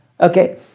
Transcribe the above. okay